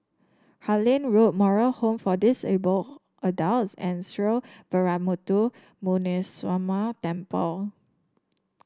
Harlyn Road Moral Home for Disabled Adults and Sree Veeramuthu Muneeswaran Temple